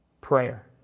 Prayer